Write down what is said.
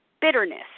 bitterness